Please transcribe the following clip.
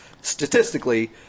statistically